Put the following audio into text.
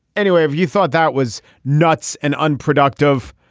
anyway if you thought that was nuts and unproductive